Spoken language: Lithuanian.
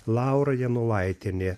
laura janulaitienė